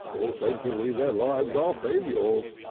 essentially their lives are failures,